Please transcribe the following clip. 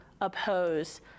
oppose